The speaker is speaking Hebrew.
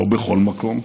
לא בכל מקום.